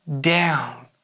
down